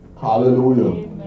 Hallelujah